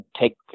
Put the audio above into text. take